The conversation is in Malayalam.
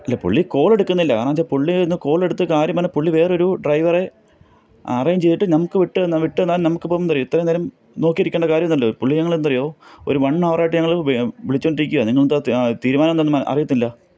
അല്ല പുള്ളി കോൾ എടുക്കുന്നില്ല കാരണം എന്നു വച്ചാൽ പുള്ളിയൊന്ന് കാൾ എടുത്ത് കാര്യം പറഞ്ഞാൽ പുള്ളി വേറൊരു ഡ്രൈവറെ അറേഞ്ച് ചെയ്തിട്ട് നമുക്ക് വിട്ടുതന്നാൽ വിട്ടുതന്നാൽ നമുക്കിപ്പം ഇത്രയും നേരം നോക്കിയിരിക്കേണ്ട കാര്യമൊന്നുമില്ലല്ലോ പുള്ളി ഞങ്ങൾ എന്താണെന്നറിയുമോ ഒരു വൺ അവർ ആയിട്ട് ഞങ്ങൾ വിളിച്ചുകൊണ്ടിരിക്കുകയാണ് എന്താ തീരുമാനം എന്താണെന്ന് അറിയത്തില്ല